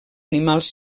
animals